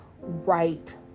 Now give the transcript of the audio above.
right